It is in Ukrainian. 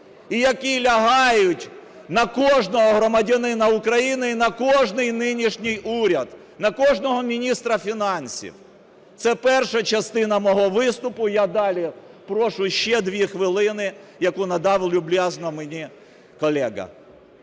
і які лягають на кожного громадянина України, і на кожний нинішній уряд, на кожного міністра фінансів. Це перша частина мого виступу, я далі прошу ще 2 хвилини, яку надав люб'язно мені колега.